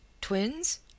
Twins